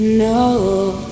no